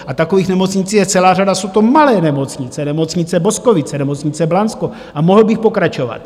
A takových nemocnic je celá řada, jsou to malé nemocnice nemocnice Boskovice, nemocnice Blansko, a mohl bych pokračovat.